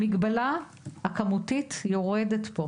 המגבלה הכמותית יורדת פה.